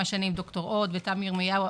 כמובן עם התואר הראשון,